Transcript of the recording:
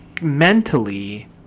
mentally